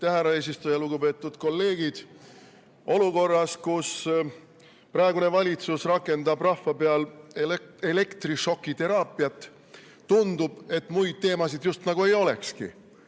härra eesistuja! Lugupeetud kolleegid! Olukorras, kus praegune valitsus rakendab rahva peal elektrišokiteraapiat, tundub, et muid teemasid just nagu ei olekski.